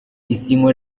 isinywa